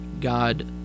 God